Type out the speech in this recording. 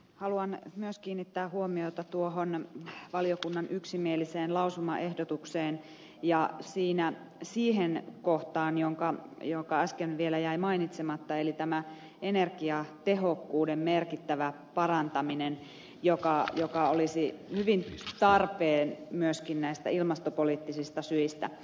haluan myös kiinnittää huomiota tuohon valiokunnan yksimieliseen lausumaehdotukseen ja siinä siihen kohtaan joka äsken vielä jäi mainitsematta eli energiatehokkuuden merkittävään parantamiseen joka olisi hyvin tarpeen myöskin ilmastopoliittisista syistä